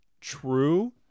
true